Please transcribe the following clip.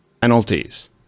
Penalties